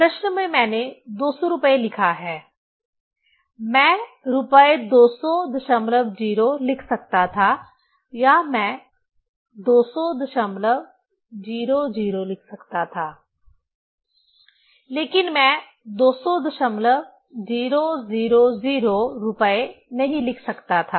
प्रश्न में मैंने 200 रुपये लिखा है मैं रुपए 2000 लिख सकता था या मैं 20000 लिख सकता था लेकिन मैं 200000 रुपए नहीं लिख सकता था